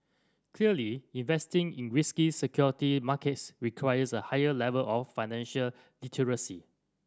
clearly investing in risky security markets requires a higher level of financial literacy